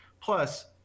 Plus